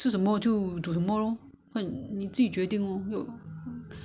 you can decide later lah you know s~ still so many days away